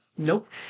Nope